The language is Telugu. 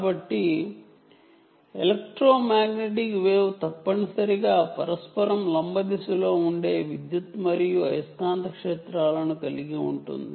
కాబట్టి ఎలక్ట్రో మాగ్నెటిక్ వేవ్ తప్పనిసరిగా పరస్పరం పెర్ఫెన్డేక్యూలర్ గా ఉండే ఎలక్ట్రిక్ మరియు మాగ్నెటిక్ ఫీల్డ్ లను కలిగి ఉంటుంది